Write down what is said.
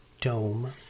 dome